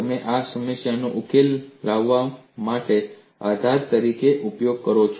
તમે આ સમસ્યાનો ઉકેલ લાવવા માટે આધાર તરીકે ઉપયોગ કરો છો